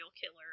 killer